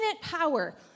power